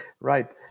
Right